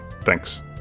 Thanks